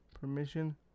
permission